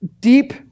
deep